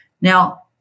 Now